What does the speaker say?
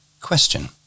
Question